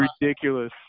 ridiculous